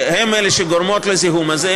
שהן אלה שגורמות לזיהום הזה,